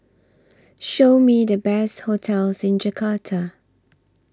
Show Me The Best hotels in Jakarta